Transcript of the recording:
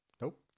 Nope